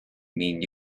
mean